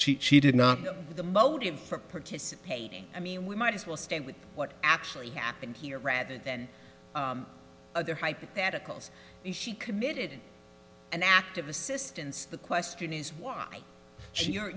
she cheated not the motive for participating i mean we might as well stay with what actually happened here rather than their hypotheticals she committed an act of assistance the question is why